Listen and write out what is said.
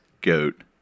Goat